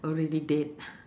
already dead